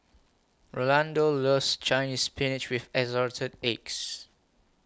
Rolando loves Chinese Spinach with Assorted Eggs